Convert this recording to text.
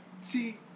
See